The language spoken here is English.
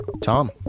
Tom